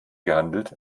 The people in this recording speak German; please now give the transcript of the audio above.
gehandelt